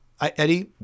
Eddie